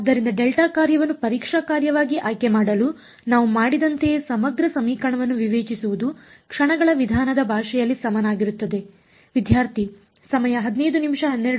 ಆದ್ದರಿಂದ ಡೆಲ್ಟಾ ಕಾರ್ಯವನ್ನು ಪರೀಕ್ಷಾ ಕಾರ್ಯವಾಗಿ ಆಯ್ಕೆಮಾಡಲು ನಾವು ಮಾಡಿದಂತೆಯೇ ಸಮಗ್ರ ಸಮೀಕರಣವನ್ನು ವಿವೇಚಿಸುವುದು ಕ್ಷಣಗಳ ವಿಧಾನದ ಭಾಷೆಯಲ್ಲಿ ಸಮಾನವಾಗಿರುತ್ತದೆ